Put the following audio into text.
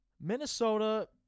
Minnesota